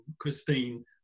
christine